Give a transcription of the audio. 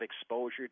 exposure